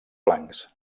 blancs